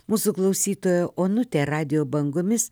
mūsų klausytoja onutė radijo bangomis